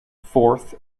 forth